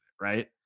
right